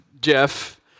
Jeff